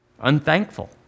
Unthankful